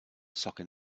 soccer